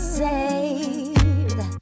saved